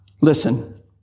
Listen